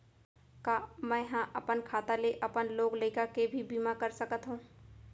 का मैं ह अपन खाता ले अपन लोग लइका के भी बीमा कर सकत हो